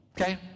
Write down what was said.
okay